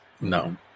No